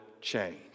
change